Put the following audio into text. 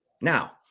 Now